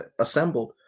assembled